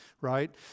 right